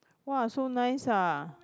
!wah! so nice ah